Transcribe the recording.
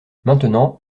maintenant